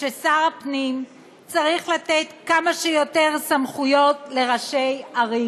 ששר הפנים צריך לתת כמה שיותר סמכויות לראשי ערים.